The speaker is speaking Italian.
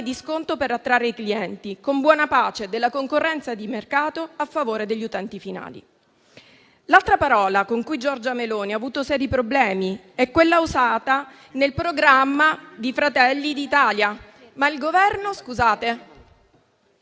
di sconto per attrarre i clienti, con buona pace della concorrenza di mercato a favore degli utenti finali. L'altra parola con cui Giorgia Meloni ha avuto seri problemi è quella usata nel programma di Fratelli d'Italia